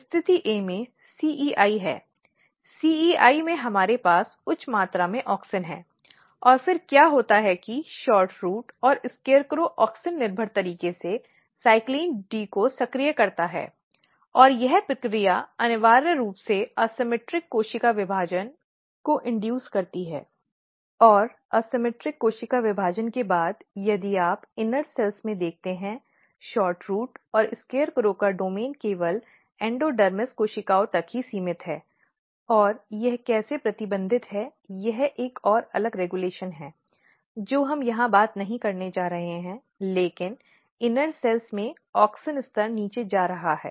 स्थिति A में CEI है CEI में हमारे पास उच्च मात्रा में auxin है और फिर क्या होता है कि SHORTROOT और SCARECROW auxin निर्भर तरीके से CYLCLIN D को सक्रिय करता है और यह प्रक्रिया अनिवार्य रूप से असममित कोशिका विभाजन को इंड्यूस करती है और असममित कोशिका विभाजन के बाद यदि आप आंतरिक कोशिकाओं में देखते हैं SHORTROOT और SCARECROW का डोमेन केवल एंडोडर्मिस कोशिकाओं तक ही सीमित है और यह कैसे प्रतिबंधित है यह एक और अलग विनियमन है जो हम यहां बात नहीं करने जा रहे हैं लेकिन आंतरिक कोशिकाओं में ऑक्सिन स्तर नीचे जा रहा है